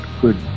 good